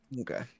Okay